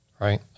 right